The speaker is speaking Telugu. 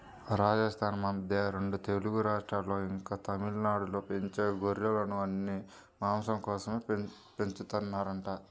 రాజస్థానూ, మన రెండు తెలుగు రాష్ట్రాల్లో, ఇంకా తమిళనాడులో పెంచే గొర్రెలను ఉన్ని, మాంసం కోసమే పెంచుతారంట